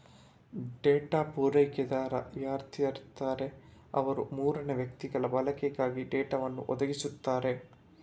data ಪೂರೈಕೆದಾರ ಯಾರಿರ್ತಾರೆ ಅವ್ರು ಮೂರನೇ ವ್ಯಕ್ತಿಗಳ ಬಳಕೆಗಾಗಿ ಡೇಟಾವನ್ನು ಒದಗಿಸ್ತಾರೆ